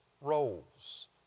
roles